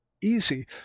easy